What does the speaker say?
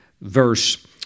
verse